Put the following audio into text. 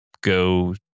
go